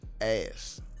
ass